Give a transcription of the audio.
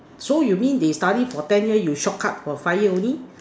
so you mean they study for ten year you short cut for five year only